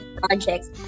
projects